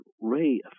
ray